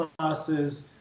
classes